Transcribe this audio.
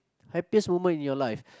happiest moment in your life